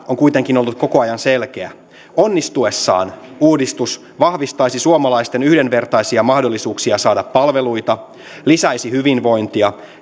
on kuitenkin ollut koko ajan selkeä onnistuessaan uudistus vahvistaisi suomalaisten yhdenvertaisia mahdollisuuksia saada palveluita lisäisi hyvinvointia